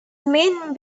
main